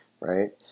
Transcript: right